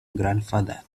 grandfather